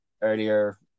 earlier